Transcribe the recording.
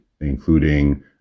including